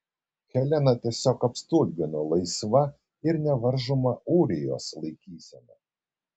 heleną tiesiog apstulbino laisva ir nevaržoma ūrijos laikysena